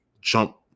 jump